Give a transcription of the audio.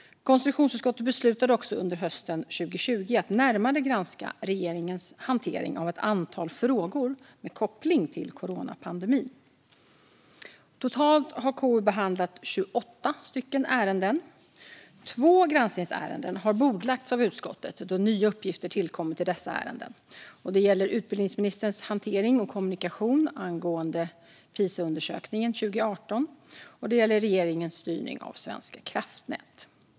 Konstitutionsutskottet beslutade också under hösten 2020 att närmare granska regeringens hantering av ett antal frågor med koppling till coronapandemin. Totalt har KU behandlat 28 ärenden. Två granskningsärenden har bordlagts av utskottet då nya uppgifter tillkommit i dessa ärenden. Det gäller utbildningsministerns hantering och kommunikation angående Pisaundersökningen 2018 och regeringens styrning av Svenska kraftnät.